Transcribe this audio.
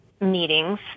meetings